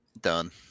Done